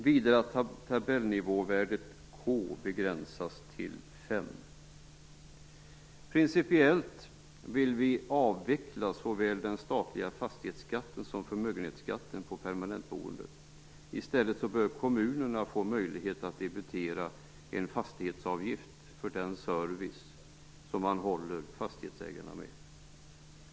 Vidare gäller att tabellnivåvärdet Principiellt vill vi avveckla såväl den statliga fastighetsskatten som förmögenhetsskatten på permanentboende. I stället bör kommunen få möjlighet att debitera en fastighetsavgift för den service som man håller fastighetsägarna med.